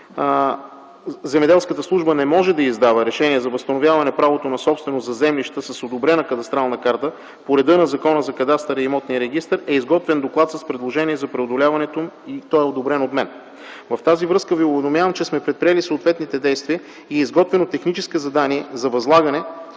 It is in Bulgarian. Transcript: земеделската служба не може да издава решения за възстановяване правото на собственост за землище с одобрена кадастрална карта по реда на Закона за кадастъра и имотния регистър, е изготвен доклад с предложения за преодоляването им и той е одобрен от мен. В тази връзка Ви уведомявам, че сме предприели съответните действия и е изготвено техническо задание за възлагане